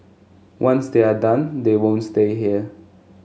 once they are done they won't stay here